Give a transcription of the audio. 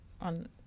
On